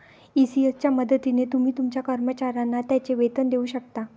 ECS च्या मदतीने तुम्ही तुमच्या कर्मचाऱ्यांना त्यांचे वेतन देऊ शकता